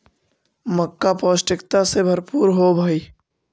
मक्का पौष्टिकता से भरपूर होब हई